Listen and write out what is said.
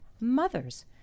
mothers